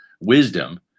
wisdom